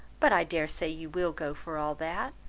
but i dare say you will go for all that.